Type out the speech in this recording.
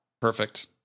Perfect